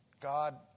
God